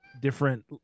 different